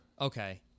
Okay